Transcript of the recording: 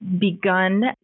begun